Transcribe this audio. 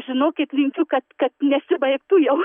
žinokit linkiu kad kad nesibaigtų jum